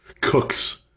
Cook's